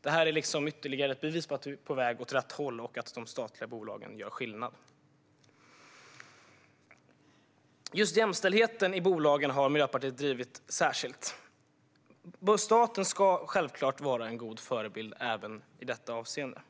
Detta är ytterligare ett bevis på att vi är på väg åt rätt håll och att de statliga bolagen gör skillnad. Miljöpartiet har särskilt drivit just frågan om jämställdheten i bolagen. Staten ska självklart vara en god förebild även i detta avseende.